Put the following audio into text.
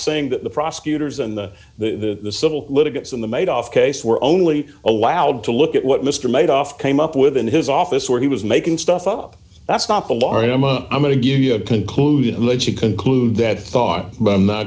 saying that the prosecutors and the civil litigants in the made off case were only allowed to look at what mr made off came up with in his office where he was making stuff up that's not the laurie i'm a i'm going to give you a conclusion unless you conclude that thought but i'm not